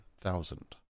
thousand